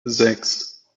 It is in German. sechs